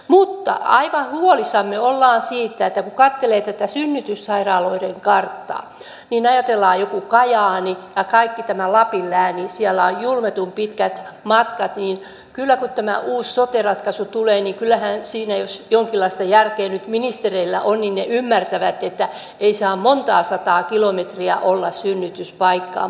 mutta aivan huolissamme olemme siitä että kun katselee tätä synnytyssairaaloiden karttaa niin kun ajatellaan jotain kajaania ja kaikkea tätä lapin lääniä siellä on julmetun pitkät matkat niin kun tämä uusi sote ratkaisu tulee niin kyllähän jos siinä jonkinlaista järkeä nyt ministereillä on he ymmärtävät että ei saa montaa sataa kilometriä olla synnytyspaikkaan